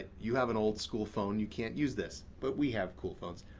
you have an old school phone, you can't use this, but we have cool phones.